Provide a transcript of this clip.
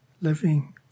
living